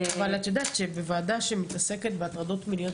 אבל את יודעת שבוועדה שמתעסקת בהטרדות מיניות